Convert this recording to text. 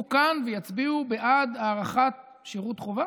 כאן ויצביעו בעד הארכת שירות חובה?